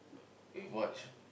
we've watched